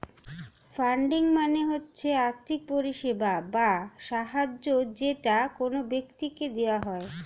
funding মানে হচ্ছে আর্থিক পরিষেবা বা সাহায্য যেটা কোন ব্যক্তিকে দেওয়া হয়